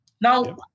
Now